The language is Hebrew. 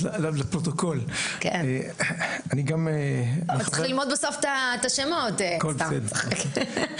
אבל בסופו של דבר המטרה היא ברורה.